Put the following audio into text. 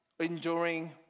enduring